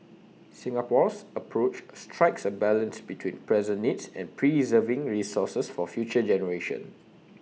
Singapore's approach strikes A balance between present needs and preserving resources for future generations